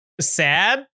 sad